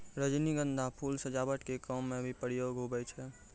रजनीगंधा फूल सजावट के काम मे भी प्रयोग हुवै छै